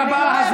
זה לא, תודה רבה.